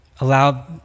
allow